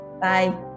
Bye